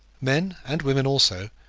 men, and women also,